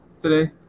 today